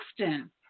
Often